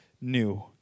new